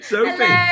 Sophie